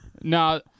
No